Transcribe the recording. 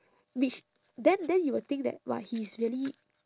which then then you will think that !wah! he is really